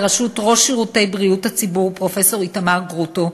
בראשות ראש שירותי בריאות הציבור פרופסור איתמר גרוטו,